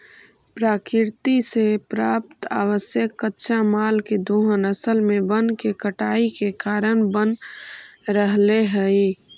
प्रकृति से प्राप्त आवश्यक कच्चा माल के दोहन असल में वन के कटाई के कारण बन रहले हई